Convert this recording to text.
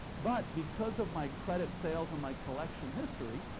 but because of my credit sales and my collection history,